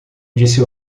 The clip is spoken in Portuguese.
disse